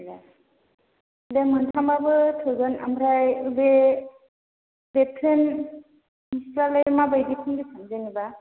ए दे मोनथाम बाबो थोगोन आमफ्राय बे लेट्रिन किट्चेनआ माबायदि कन्डिशन जेन'बा